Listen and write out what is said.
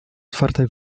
otwartej